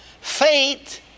Faith